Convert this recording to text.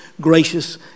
gracious